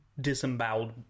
disemboweled